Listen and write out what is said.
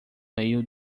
meio